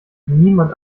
niemand